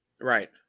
right